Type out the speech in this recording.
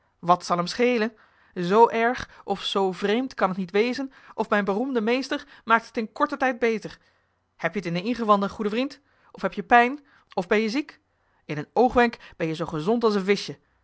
wat zal hem schelen z erg of z vreemd kan het niet wezen of mijn beroemde meester maakt het in korten tijd beter heb-je t in de ingewanden goede vriend of heb-je pijn of ben-je ziek in een oogwenk ben-je zoo gezond als een vischje